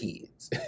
kids